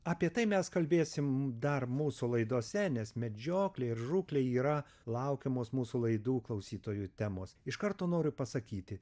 apie tai mes kalbėsim dar mūsų laidose nes medžioklė ir žūklė yra laukiamos mūsų laidų klausytojų temos iš karto noriu pasakyti